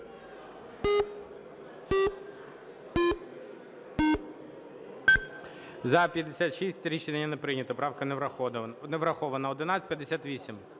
За-56 Рішення не прийнято. Правка не врахована. 1158.